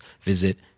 visit